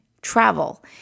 travel